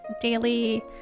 daily